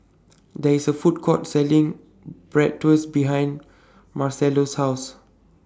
There IS A Food Court Selling Bratwurst behind Marcello's House